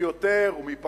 מי יותר ומי פחות,